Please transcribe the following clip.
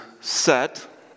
set